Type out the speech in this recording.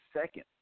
second